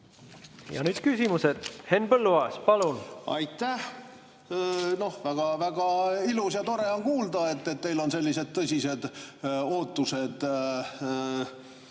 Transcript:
Ja nüüd küsimused. Henn Põlluaas, palun! Aitäh! Noh, väga ilus ja tore on kuulda, et teil on sellised tõsised ootused